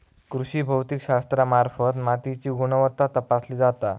कृषी भौतिकशास्त्रामार्फत मातीची गुणवत्ता तपासली जाता